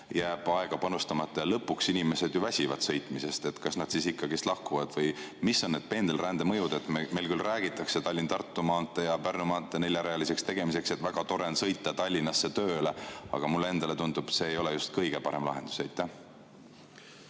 jääb aega panustamata ja lõpuks inimesed ju väsivad sõitmisest. Kas nad siis ikka lahkuvad või mis on need pendelrände mõjud? Meil küll räägitakse Tallinna–Tartu maantee ja Pärnu maantee neljarealiseks tegemisest, sest siis on väga tore sõita Tallinnasse tööle, aga mulle endale tundub, et see ei ole just kõige parem lahendus.